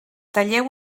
talleu